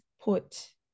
put